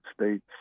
States